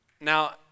Now